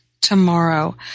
tomorrow